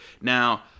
Now